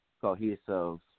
cohesive